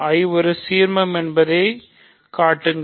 I ஒரு சீர்மம் என்பதைக் காட்டுங்கள்